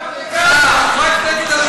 אנחנו אתך.